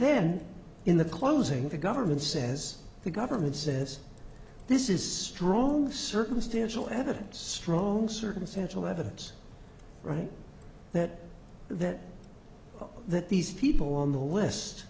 then in the closing the government says the government says this is strong circumstantial evidence strong circumstantial evidence right that that that these people on the